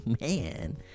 man